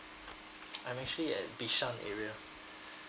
I'm actually at bishan area